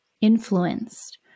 influenced